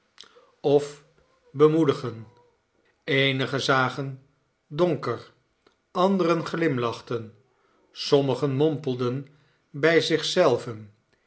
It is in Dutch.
of bemoedigen eenigen zagen donker anderen glimlachten sommigen mompelden bij